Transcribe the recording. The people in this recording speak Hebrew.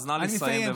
הזמן הסתיים.